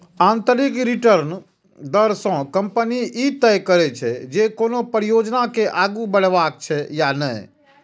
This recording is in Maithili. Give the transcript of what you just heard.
आंतरिक रिटर्न दर सं कंपनी ई तय करै छै, जे कोनो परियोजना के आगू बढ़ेबाक छै या नहि